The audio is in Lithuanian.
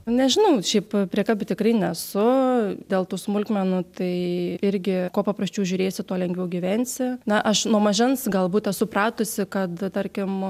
nežinau šiaip priekabi tikrai nesu dėl tų smulkmenų tai irgi kuo paprasčiau žiūrėsi tuo lengviau gyvensi na aš nuo mažens galbūt esu pratusi kad tarkim